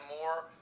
more